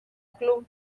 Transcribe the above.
club